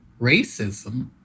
racism